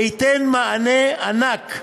זה ייתן מענה ענק.